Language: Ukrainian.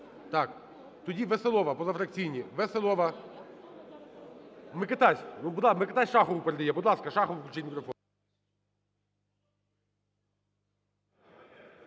Так, тоді Веселова, позафракційні. Веселова. Микитась. Ну, будь ласка, Микитась Шахову передає. Будь ласка, Шахову включіть мікрофон.